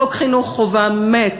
חוק חינוך חובה מת.